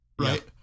right